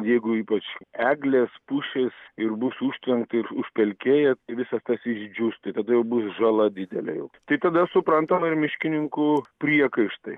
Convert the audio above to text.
jeigu ypač eglės pušys ir bus užtvenkta ir užpelkėję visa tas išdžius tai tada jau bus žala didelė jau tai tada suprantama ir miškininkų priekaištai